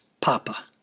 Papa